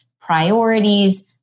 priorities